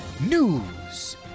News